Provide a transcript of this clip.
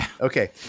Okay